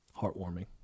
heartwarming